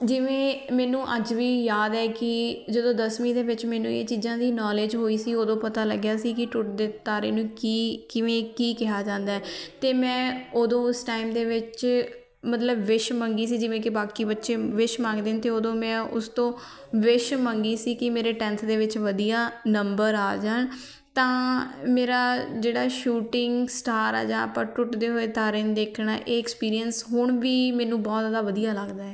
ਜਿਵੇਂ ਮੈਨੂੰ ਅੱਜ ਵੀ ਯਾਦ ਹੈ ਕਿ ਜਦੋਂ ਦਸਵੀਂ ਦੇ ਵਿੱਚ ਮੈਨੂੰ ਇਹ ਚੀਜ਼ਾਂ ਦੀ ਨੌਲੇਜ ਹੋਈ ਸੀ ਉਦੋਂ ਪਤਾ ਲੱਗਿਆ ਸੀ ਕਿ ਟੁੱਟ ਦੇ ਤਾਰੇ ਨੂੰ ਕੀ ਕਿਵੇਂ ਕੀ ਕਿਹਾ ਜਾਂਦਾ ਅਤੇ ਮੈਂ ਉਦੋਂ ਉਸ ਟਾਈਮ ਦੇ ਵਿੱਚ ਮਤਲਬ ਵਿਸ਼ ਮੰਗੀ ਸੀ ਜਿਵੇਂ ਕਿ ਬਾਕੀ ਬੱਚੇ ਵਿਸ਼ ਮੰਗਦੇ ਨੇ ਅਤੇ ਉਦੋਂ ਮੈਂ ਉਸ ਤੋਂ ਵਿਸ਼ ਮੰਗੀ ਸੀ ਕਿ ਮੇਰੇ ਟੈਂਥ ਦੇ ਵਿੱਚ ਵਧੀਆ ਨੰਬਰ ਆ ਜਾਣ ਤਾਂ ਮੇਰਾ ਜਿਹੜਾ ਸ਼ੂਟਿੰਗ ਸਟਾਰ ਆ ਜਾਂ ਆਪਾਂ ਟੁੱਟਦੇ ਹੋਏ ਤਾਰਿਆਂ ਨੂੰ ਦੇਖਣਾ ਇਹ ਐਕਸਪੀਰੀਅੰਸ ਹੁਣ ਵੀ ਮੈਨੂੰ ਬਹੁਤ ਜ਼ਿਆਦਾ ਵਧੀਆ ਲੱਗਦਾ ਹੈ